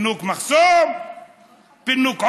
פינוק מחסום,